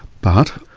but,